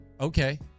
Okay